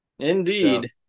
Indeed